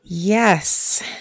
Yes